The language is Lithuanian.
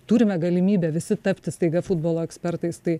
turime galimybę visi tapti staiga futbolo ekspertais tai